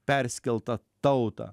perskeltą tautą